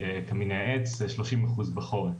מקמיני העץ, זה 30% בחורף.